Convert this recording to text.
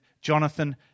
Jonathan